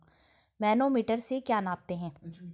Manometer से क्या नापते हैं?